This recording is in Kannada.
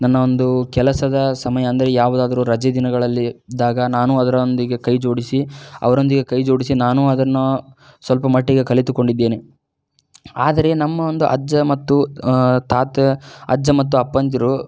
ನನ್ನ ಒಂದು ಕೆಲಸದ ಸಮಯ ಅಂದರೆ ಯಾವುದಾದ್ರು ರಜೆ ದಿನಗಳಲ್ಲಿ ಇದ್ದಾಗ ನಾನು ಅದರೊಂದಿಗೆ ಕೈ ಜೋಡಿಸಿ ಅವರೊಂದಿಗೆ ಕೈ ಜೋಡಿಸಿ ನಾನು ಅದನ್ನು ಸ್ವಲ್ಪ ಮಟ್ಟಿಗೆ ಕಲಿತುಕೊಂಡಿದ್ದೇನೆ ಆದರೆ ನಮ್ಮ ಒಂದು ಅಜ್ಜ ಮತ್ತು ತಾತ ಅಜ್ಜ ಮತ್ತು ಅಪ್ಪಂದಿರು